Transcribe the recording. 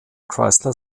chrysler